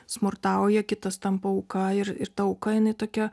smurtauja kitas tampa auka ir ir ta auka jinai tokia